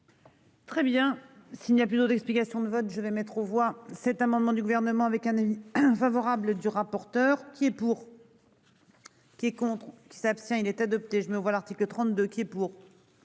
Très bien, s'il n'y a plus d'autre explication. Comme votre vais mettre aux voix cet amendement du gouvernement avec un avis favorable du rapporteur qui est pour.-- Qui contrôle qui s'abstient il est adopté. Je me vois l'article 32 qui est pour.